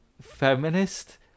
feminist